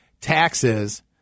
taxes